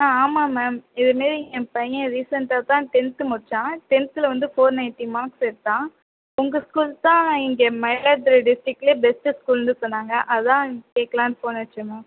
ம் ஆமாம் மேம் இதுமாரி ஏன் பையன் ரீசெண்டாகதான் டென்த் முடிச்சான் டென்த்தில் வந்து ஃபோர்நைண்டி மார்க்ஸ் எடுத்தான் உங்க ஸ்கூல்தான் இங்கே மயிலாடுதுறை டிஸ்டிக்ல பெஸ்ட் ஸ்கூல்ன்னு சொன்னாங்க அதான் கேட்கலான்னு போன் அடிச்ச மேம்